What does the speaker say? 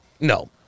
No